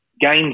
games